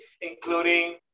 including